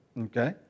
okay